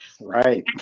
Right